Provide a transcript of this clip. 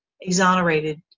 exonerated